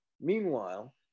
meanwhile